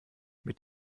mit